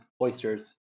oysters